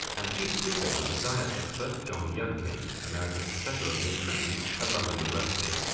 and the chief speaker was the diet expert, john yudkin, america's professor of nutrition at london university.